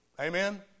Amen